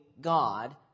God